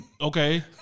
okay